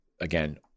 again